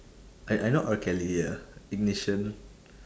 I I know R kelly ah ignition